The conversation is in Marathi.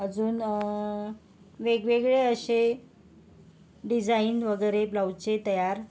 अजून वेगवेगळे असे डिझाईन वगैरे ब्लाऊजचे तयार